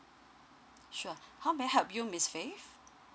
sure how may I help you miss faith